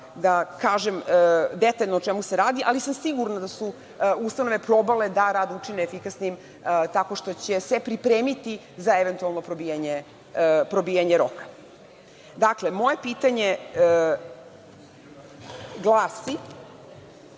da kažem detaljno o čemu se radi, ali sam sigurna da su ustanove probale da rad učine efikasnim tako što će se pripremiti za eventualno probijanje roka. Dakle, moje pitanje glasi